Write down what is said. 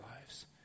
lives